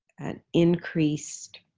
an increased